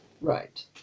Right